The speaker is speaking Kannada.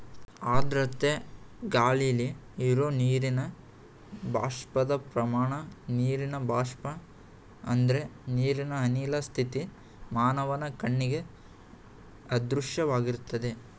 ಆರ್ದ್ರತೆ ಗಾಳಿಲಿ ಇರೋ ನೀರಿನ ಬಾಷ್ಪದ ಪ್ರಮಾಣ ನೀರಿನ ಬಾಷ್ಪ ಅಂದ್ರೆ ನೀರಿನ ಅನಿಲ ಸ್ಥಿತಿ ಮಾನವನ ಕಣ್ಣಿಗೆ ಅದೃಶ್ಯವಾಗಿರ್ತದೆ